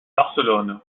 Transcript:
barcelone